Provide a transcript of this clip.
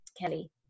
Kelly